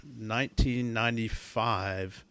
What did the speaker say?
1995